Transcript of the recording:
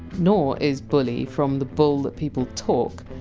nor is! bully! from the! bull! that people talk,